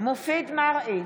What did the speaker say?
מופיד מרעי,